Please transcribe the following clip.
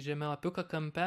žemėlapiuką kampe